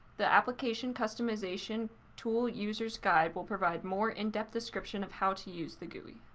the application customization tool user's guide will provide more in-depth description of how to use the gui.